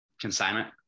consignment